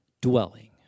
dwelling